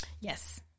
Yes